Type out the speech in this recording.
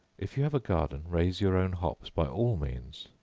if you have a garden, raise your own hops by all means